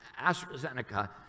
AstraZeneca